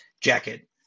jacket